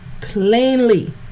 plainly